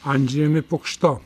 andžejumi pukšto